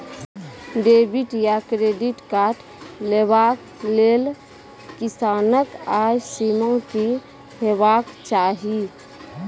Debit या credit card लेवाक लेल किसानक आय सीमा की हेवाक चाही?